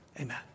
Amen